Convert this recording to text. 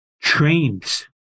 trains